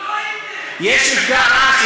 לא הייתם, יש מפגע רעש.